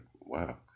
wow